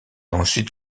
ensuite